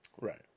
Right